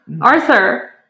Arthur